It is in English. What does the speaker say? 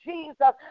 Jesus